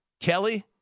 Kelly